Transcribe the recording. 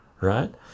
Right